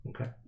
Okay